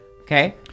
Okay